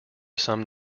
some